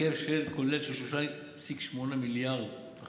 בהיקף כולל של 3.8 מיליארד שקלים,